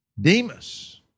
Demas